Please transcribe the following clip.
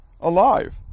alive